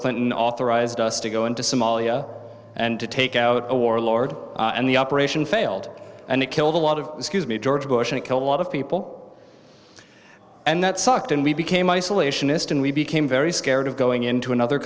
clinton authorized us to go into somalia and to take out a warlord and the operation failed and it killed a lot of excuse me george bush it killed a lot of people and that sucked and we became isolationist and we became very scared of going into another